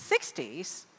60s